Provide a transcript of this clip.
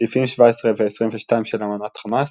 סעיפים 17 ו-22 של אמנת חמאס